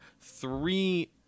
three